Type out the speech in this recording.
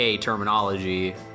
terminology